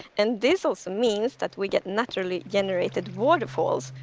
and this also means that we get naturally generated waterfalls,